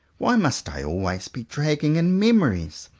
why must i always be dragging in mem ories,